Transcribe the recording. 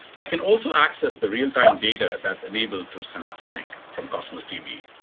i can also access the real-time data that's enabled through synapse link from cosmos db.